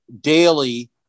daily